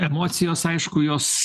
emocijos aišku jos